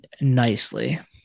nicely